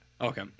Okay